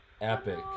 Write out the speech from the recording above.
epic